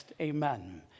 Amen